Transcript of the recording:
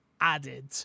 added